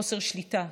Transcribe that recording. בחוסר שליטה,